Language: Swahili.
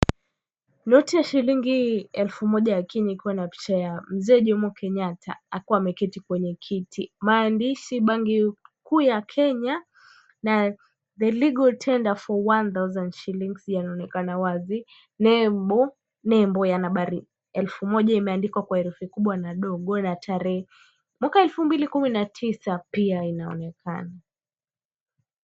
Noti ya shilingi elfu moja ya Kenya ikiwa na picha ya mzee Jomo Kenyatta akiwa ameketi kwenye kiti. Maandishi banki kuu ya Kenya na the legal tender for one thousand shillings yanaonekana wazi. Nembo ya nambari elfu moja imeandikwa kwa herufi kubwa na ndogo na tarehe, mwaka elfu mbili kumi na tisa pia inaonekana.